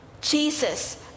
Jesus